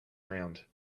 round